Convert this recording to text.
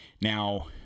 Now